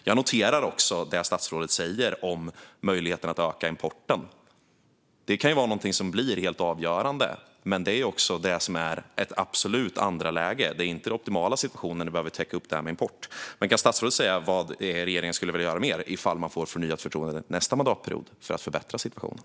Jag noterar också det statsrådet säger om möjligheten att öka importen. Det kan vara något som blir helt avgörande, men det är ett absolut andra läge. Det är inte den optimala situationen att täcka upp med import. Kan statsrådet säga vad regeringen vill göra mer om man får förnyat förtroende nästa mandatperiod för att förbättra situationen?